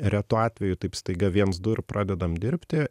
retu atveju taip staiga viens du ir pradedam dirbti